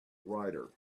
rider